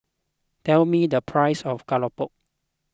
tell me the price of Keropok